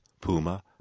Puma